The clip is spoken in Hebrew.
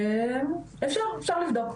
אפשר לבדוק.